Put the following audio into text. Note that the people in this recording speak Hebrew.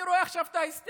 אני רואה עכשיו את ההיסטריה,